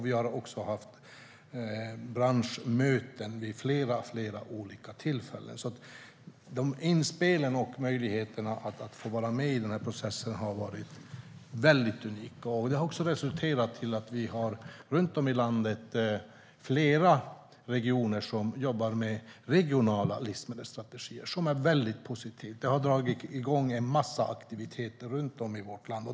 Vi har också haft branschmöten vid flera olika tillfällen. De inspelen och möjligheterna att vara med i processen har varit väldigt unika. De har också resulterat i att vi runt om i landet har flera regioner som jobbar med regionala livsmedelsstrategier, vilket är väldigt positivt. Det har dragit igång en massa aktiviteter runt om i vårt land.